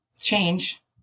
change